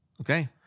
Okay